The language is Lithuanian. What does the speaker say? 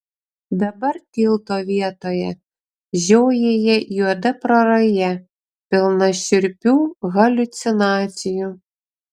dabar tilto vietoje žiojėja juoda praraja pilna šiurpių haliucinacijų